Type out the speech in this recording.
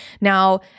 Now